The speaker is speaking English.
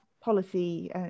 policy